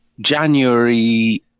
January